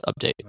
update